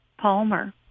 Palmer